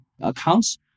accounts